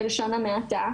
בלשון המעטה,